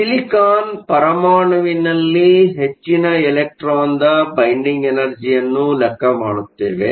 silicon ಪರಮಾಣುವಿನಲ್ಲಿನ ಹೆಚ್ಚಿನ ಎಲೆಕ್ಟ್ರಾನ್ನ ಬೈಂಡಿಂಗ್ ಎನರ್ಜಿಯನ್ನು ಲೆಕ್ಕ ಮಾಡುತ್ತೇವೆ